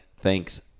thanks